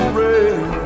rain